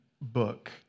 book